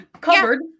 covered